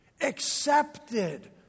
accepted